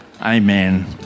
Amen